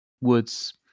woods